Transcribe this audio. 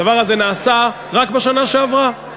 עבר רק בשנה שעברה.